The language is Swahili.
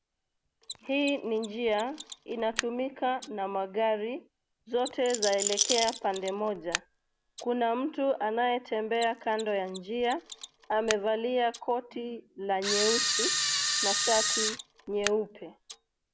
Hii ni njia. Inatumika na magari. Zote zaelekea pande moja. Kuna mtu anaye tembea kando ya njia. Amevalia koti la nyeusi na shati nyeupe.